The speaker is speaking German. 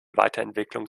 weiterentwicklung